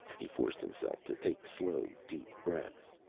he forced himself to take slow, deep breaths.